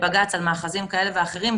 לבג"ץ על מאחזים כאלה ואחרים,